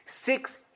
six